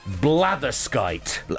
blatherskite